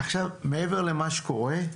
מעבר למה שקורה,